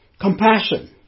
Compassion